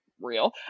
real